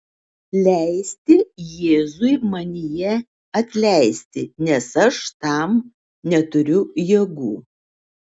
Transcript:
leisti jėzui manyje atleisti nes aš tam neturiu jėgų